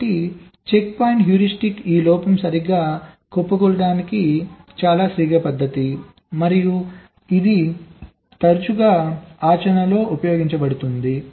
కాబట్టి checkpoint heuristic ఈ లోపం సరిగ్గా కుప్పకూలిపోవడానికి చాలా శీఘ్ర పద్ధతి మరియు ఇది తరచుగా ఆచరణలో ఉపయోగించబడుతుంది